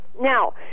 Now